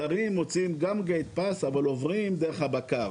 הזרים גם מוציאים את ה- gate pass אבל עוברים דרך הבקר.